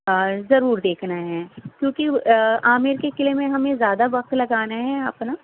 ضرور دیکھنا ہے کیونکہ عامر کے قلعے میں ہمیں زیادہ وقت لگانا ہے اپنا